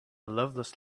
loveless